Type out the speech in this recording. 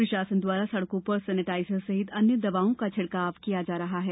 प्रशासन द्वारा सड़कों पर सेनिटाइजर सहित अन्य दवाओं का छिड़काव किया जा रहा है